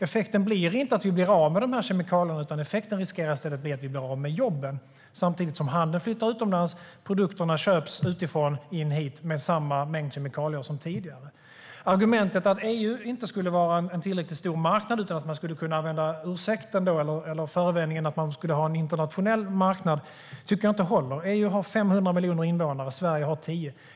Effekten blir inte att vi blir av med dessa kemikalier, utan effekten riskerar i stället att bli att man blir av med jobben samtidigt som handeln flyttar utomlands och produkterna köps utifrån med samma mängd kemikalier som tidigare. Argumentet att EU inte skulle vara en tillräckligt stor marknad, utan att man skulle kunna använda sig av förevändningen att man vill ha en internationell marknad, håller inte, tycker jag. EU har 500 miljoner invånare, Sverige har 10 miljoner.